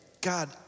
God